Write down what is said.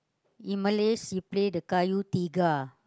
in Malay she play the Kayu tiga